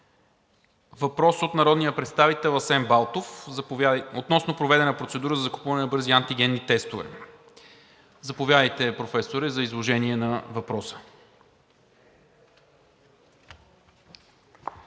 Въпрос от народния представител Асен Балтов относно проведена процедура за закупуване на бързи антигенни тестове. Заповядайте, Професоре, за изложение на въпроса.